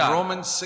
Romans